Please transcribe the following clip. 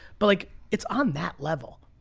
but like it's on that level.